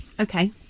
okay